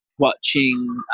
watching